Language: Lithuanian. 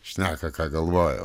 šneka ką galvoja